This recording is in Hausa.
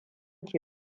ke